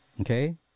Okay